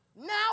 Now